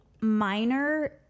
minor